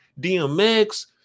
DMX